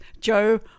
Joe